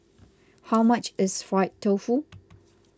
how much is Fried Tofu